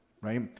Right